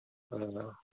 ꯑꯥ